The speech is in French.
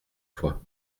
fois